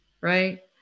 right